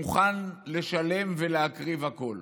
מוכן לשלם ולהקריב הכול?